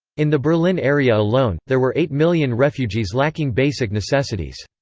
in the berlin area alone, there were eight million refugees lacking basic necessities.